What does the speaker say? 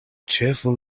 cheerful